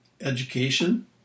Education